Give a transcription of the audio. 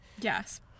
yes